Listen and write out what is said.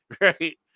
Right